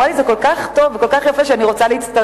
היא אמרה לי: זה כל כך טוב וכל כך יפה שאני רוצה להצטרף.